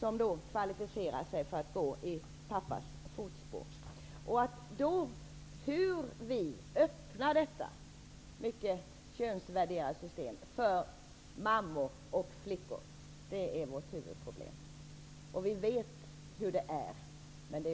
som kvalificerar sig för att gå i pappas fotspår. Hur vi öppnar detta mycket könsvärderade system för mammor och flickor är vårt huvudproblem. Vi vet hur det är.